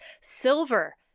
silver